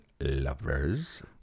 lovers